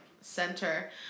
center